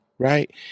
Right